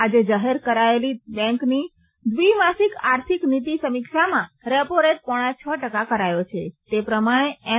આજે જાહેર કરાયેલી બેન્કની દ્રિમાસિક આર્થિક નીતિ સમીક્ષામાં રેપોરેટ પોણા છ ટકા કરાયો છે તે પ્રમાણે એમ